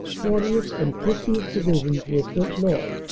fortieth. and fiftieth. divisions were sent north,